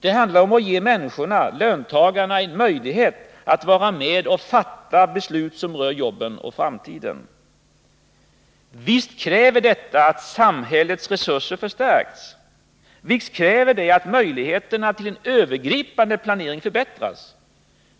Det handlar om att ge människorna — löntagarna — en möjlighet att vara med och fatta beslut som rör jobben och framtiden. Visst kräver detta att samhällets resurser förstärks. Visst kräver det att möjligheterna till en övergripande planering förbättras.